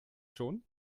schon